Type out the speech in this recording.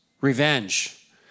Revenge